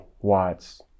watts